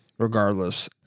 Regardless